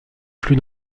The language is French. plus